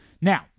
Now